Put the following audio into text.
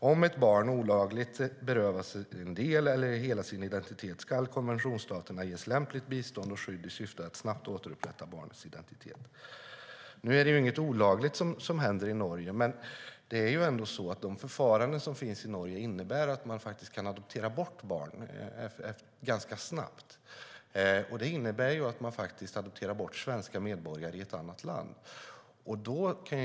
Om ett barn olagligt berövas en del eller hela sin identitet, skall konventionsstaterna ge lämpligt bistånd och skydd i syfte att snabbt återupprätta barnets identitet." Nu är det inget olagligt som händer i Norge, men de förfaranden som finns i Norge innebär att man kan adoptera bort barn ganska snabbt. Det innebär att man adopterar bort svenska medborgare i ett annat land.